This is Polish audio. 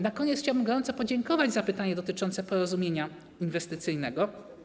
Na koniec chciałbym gorąco podziękować za pytanie dotyczące porozumienia inwestycyjnego.